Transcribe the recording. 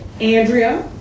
andrea